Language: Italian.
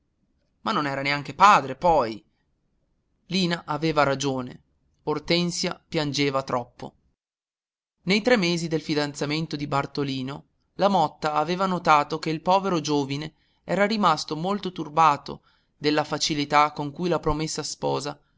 ma non era neanche padre poi lina aveva ragione ortensia piangeva troppo nei tre mesi del fidanzamento di bartolino la motta aveva notato che il povero giovine era rimasto molto turbato della facilità con cui la promessa sposa